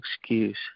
excuse